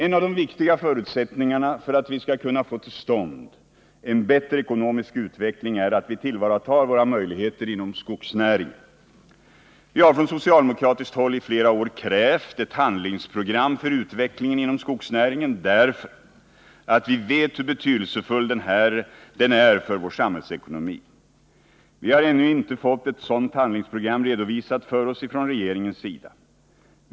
En av de viktiga förutsättningarna för att vi skall kunna få till stånd en bättre ekonomisk utveckling är att vi tillvaratar våra möjligheter inom skogsnäringen. Vi har från socialdemokratiskt håll i flera år krävt ett handlingsprogram för utvecklingen inom skogsnäringen därför att vi vet hur betydelsefull den är för vår samhällsekonomi. Vi har ännu icke fått ett sådant handlingsprogram redovisat för oss från regeringens sida.